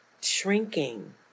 shrinking